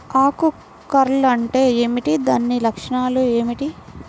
ఆకు కర్ల్ అంటే ఏమిటి? దాని లక్షణాలు ఏమిటి?